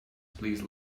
please